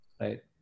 Right